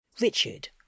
Richard